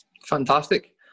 Fantastic